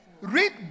read